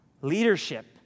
Leadership